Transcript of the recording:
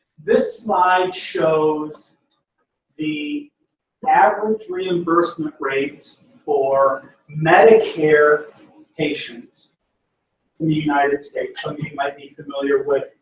this slide shows the average reimbursement rates for medicare patients in the united states. some of you might be familiar with.